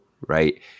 right